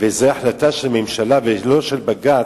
וזו החלטה של ממשלה, לא של בג"ץ,